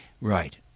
Right